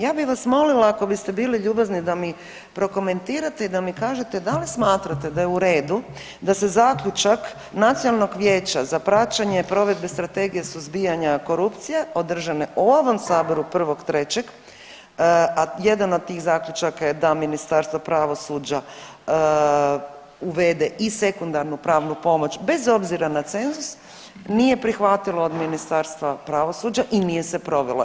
Ja bih vas molila ako biste bili ljubazni da mi prokomentirate i da mi kažete da li smatrate da je u redu da se zaključak Nacionalnog vijeća za praćenje provedbe Strategije suzbijanja korupcije održane u ovom Saboru 1.3. a jedan od tih zaključaka je da Ministarstvo pravosuđa uvede i sekundarnu pravnu pomoć bez obzira na cenzus nije prihvatilo od Ministarstva pravosuđa i nije se provelo.